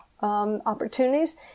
opportunities